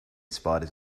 spiders